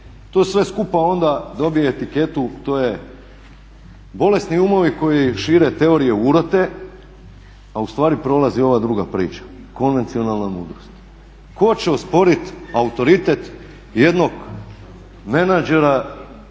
to sve skupa onda dobije etiketu, to je bolesni umovi koji šire teorije urote a ustvari prolazi ova druga priča, konvencionalna mudrost. Tko će osporiti autoritet jednog menadžera,